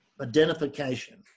identification